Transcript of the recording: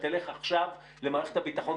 תלך עכשיו למערכת הביטחון,